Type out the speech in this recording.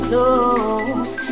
Close